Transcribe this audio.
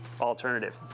alternative